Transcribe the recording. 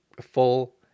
full